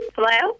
Hello